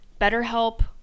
BetterHelp